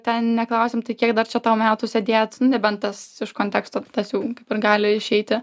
ten neklausiam tai kiek dar čia tau metų sėdėt nu nebent tas iš konteksto tas jau kaip ir gali išeiti